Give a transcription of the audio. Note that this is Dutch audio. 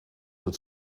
het